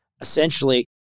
essentially